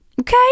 okay